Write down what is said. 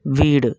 வீடு